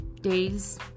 days